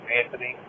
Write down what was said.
Anthony